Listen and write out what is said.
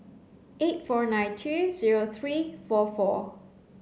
eight four nine two zero three four four